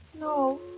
No